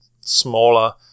smaller